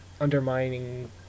undermining